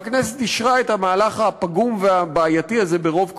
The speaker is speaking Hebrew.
והכנסת אישרה את המהלך הפגום והבעייתי הזה ברוב קולות,